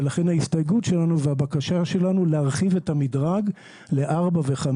ולכן ההסתייגות שלנו והבקשה שלנו להרחיב את המדרג ל-4 ו-5,